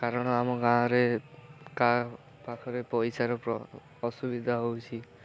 କାରଣ ଆମ ଗାଁରେ କାହା ପାଖରେ ପଇସାର ଅସୁବିଧା ହଉଛି